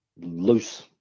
loose